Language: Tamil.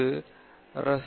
என்ன ஒரு அற்புதமான முடிவு